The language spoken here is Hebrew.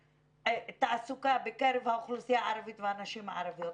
תעסוקה בקרב האוכלוסייה הערבית ונשים הערביות,